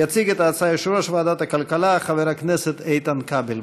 יציג את ההצעה יושב-ראש ועדת הכלכלה חבר הכנסת איתן כבל.